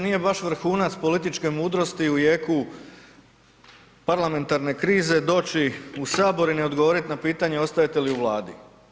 Nije baš vrhunac političke mudrosti u jeku parlamentarne krize doći u Sabor i ne odgovoriti na pitanje ostajete li u Vladi.